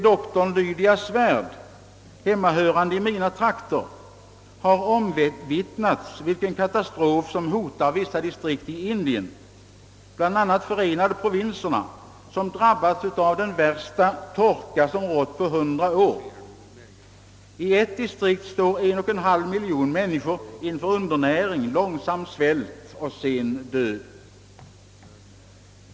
dr Lydia Svärd, hemmahörande i mina trakter, har omvittnats vilken katastrof som hotar vissa distrikt i Indien, bl.a. Förenade provinserna, som drabbats av den värsta torka som rått på 100 år. I ett distrikt står 1,5 miljoner människor inför undernäring, långsam svält och sedan död.